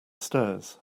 stairs